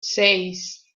seis